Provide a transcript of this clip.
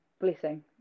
blessing